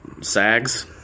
sags